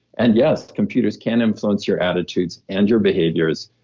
and yes computers can influence your attitudes and your behaviors.